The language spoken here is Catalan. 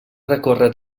recórrer